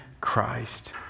Christ